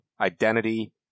identity